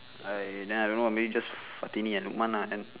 I then I don't know maybe just fatini and lukman ah then